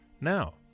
Now